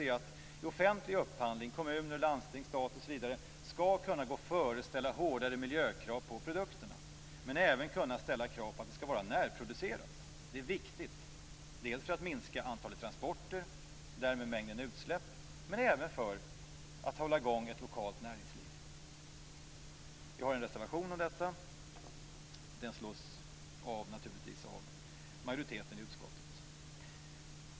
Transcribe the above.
I den offentliga upphandlingen - kommuner, landsting och stat - skall man kunna gå före och ställa hårdare miljökrav på produkterna, men även ställa krav på att de skall vara närproducerade. Det är viktigt, dels för att minska transporterna och därmed mängden utsläpp, dels för att hålla i gång ett lokalt näringsliv. Jag har en reservation i denna fråga, som naturligtvis avstyrks av majoriteten i utskottet.